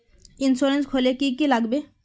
Insurance खोले की की लगाबे?